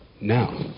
Now